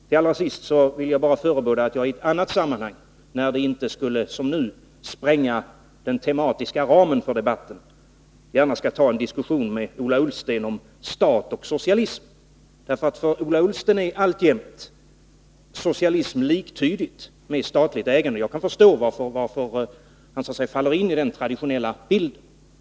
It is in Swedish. Till allra sist vill jag bara förebåda att jag i annat sammanhang, när det inte skulle som nu spränga den tematiska ramen för debatten, gärna skall ta en diskussion med Ola Ullsten om stat och socialism. För Ola Ullsten är alltjämt socialism liktydigt med statligt ägande. Jag kan förstå varför han så att säga faller in i den traditionella argumenteringen.